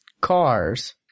cars